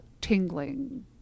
tingling